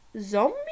Zombie